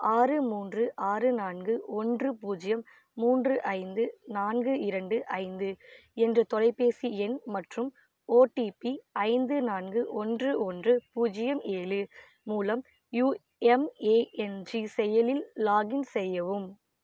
ஆறு மூன்று ஆறு நான்கு ஒன்று பூஜ்ஜியம் மூன்று ஐந்து நான்கு இரண்டு ஐந்து என்ற தொலைபேசி எண் மற்றும் ஒடிபி ஐந்து நான்கு ஒன்று ஒன்று பூஜ்ஜியம் ஏழு மூலம் யுஎம்ஏஎன்ஜி செயலில் லாகின் செய்யவும்